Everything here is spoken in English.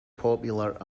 popular